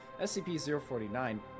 SCP-049